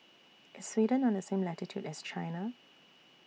IS Sweden on The same latitude as China